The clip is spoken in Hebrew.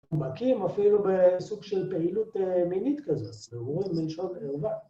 הוא מקים אפילו בסוג של פעילות מינית כזה, סבורים, מלשון, ערווה.